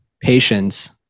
patience